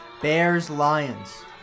Bears-Lions